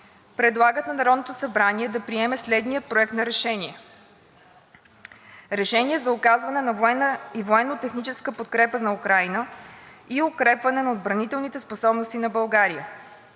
предлагат на Народното събрание да приеме следния проект на решение: „РЕШЕНИЕ за оказване на военна и военнo-техническа подкрепа на Украйна и укрепване на отбранителните способности на България